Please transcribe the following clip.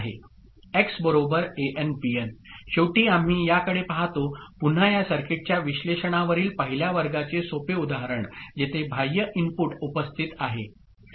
Bn शेवटी आम्ही याकडे पाहतो पुन्हा या सर्किटच्या विश्लेषणावरील पहिल्या वर्गाचे सोपे उदाहरण जेथे बाह्य इनपुट उपस्थित आहे ठीक आहे